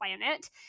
planet